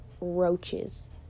roaches